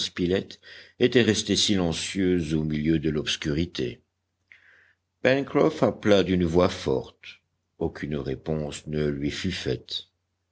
étaient restés silencieux au milieu de l'obscurité pencroff appela d'une voix forte aucune réponse ne lui fut faite